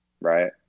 right